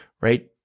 right